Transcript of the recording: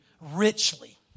richly